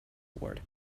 award